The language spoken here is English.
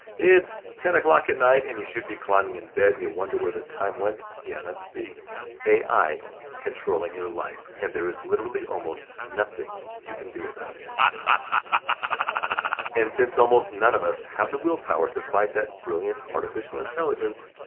it's ten o'clock at night and you should be climbing in bed and you're wondering where the time went. yeah, that's the ai controlling your life, and there is literally almost nothing you can do about it. and and since almost none of us have the willpower to fight that brilliant artificial intelligence,